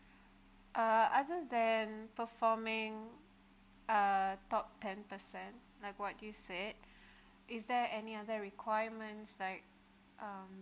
uh other than performing uh top ten percent like what you said is there any other requirements like um